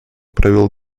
провел